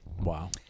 Wow